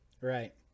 Right